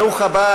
ברוך הבא,